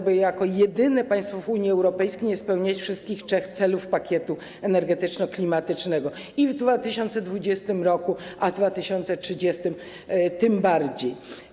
Bo jako jedyne państwo w Unii Europejskiej nie spełnialiśmy wszystkich trzech celów pakietu energetyczno-klimatycznego w 2020 r., a w 2030 r. tym bardziej.